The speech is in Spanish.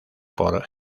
por